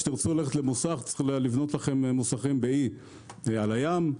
כשתרצו ללכת למוסך תצטרכו לבנות לכם מוסכים באי על הים.